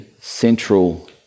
central